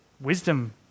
wisdom